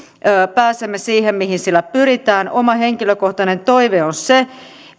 pääsemme siihen mihin sillä pyritään oma henkilökohtainen toive on se